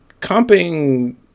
comping